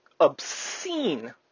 obscene